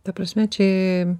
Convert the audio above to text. ta prasme čia